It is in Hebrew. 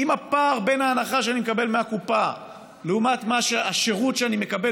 אם הפער בין ההנחה שאני מקבל מהקופה ובין השירות שאני מקבל